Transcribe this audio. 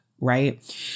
right